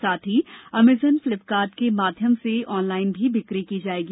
साथ ही Amazon Flipkart के माध्यम से ऑनलाइन भी बिकी की जाएगी